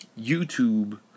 YouTube